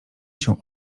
się